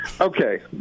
Okay